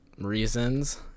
reasons